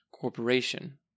corporation